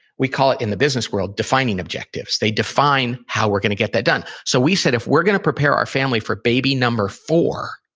we call it in the business world, defining objectives. they define how we're going to get that done. so we said, if we're going to prepare our family for baby number four,